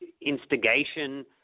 instigation